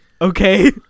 okay